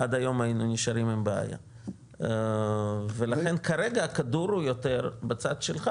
עד היום היינו נשארים עם בעיה ולכן כרגע הכדור הוא יותר בצד שלך,